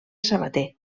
sabater